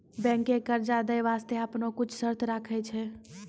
बैंकें कर्जा दै बास्ते आपनो कुछ शर्त राखै छै